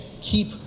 keep